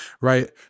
right